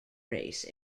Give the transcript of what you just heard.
race